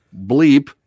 bleep